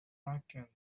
blackened